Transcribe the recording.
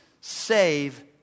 Save